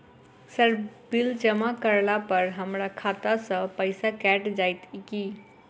Sir bill जमा करला पर हमरा खाता सऽ पैसा कैट जाइत ई की?